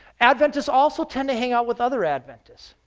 adventists also tend to hang out with other adventists.